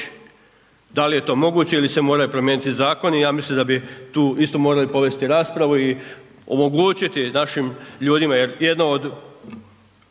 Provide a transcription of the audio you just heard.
Dal je to moguće ili se moraju promijeniti zakoni? Ja mislim da bi tu isto morali povesti raspravu i omogućiti našim ljudima jer jedno od